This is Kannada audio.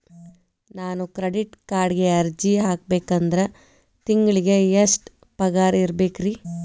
ನಾನು ಕ್ರೆಡಿಟ್ ಕಾರ್ಡ್ಗೆ ಅರ್ಜಿ ಹಾಕ್ಬೇಕಂದ್ರ ತಿಂಗಳಿಗೆ ಎಷ್ಟ ಪಗಾರ್ ಇರ್ಬೆಕ್ರಿ?